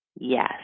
yes